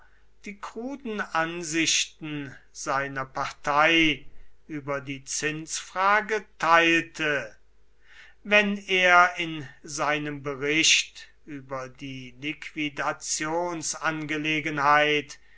die kruden ansichten seiner partei über die zinsfrage teilte wenn er in seinem bericht über die